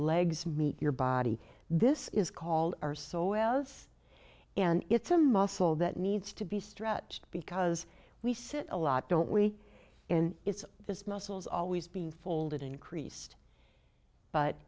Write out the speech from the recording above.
legs meet your body this is called our so else and it's a muscle that needs to be stretched because we sit a lot don't we and it's this muscles always being folded increased but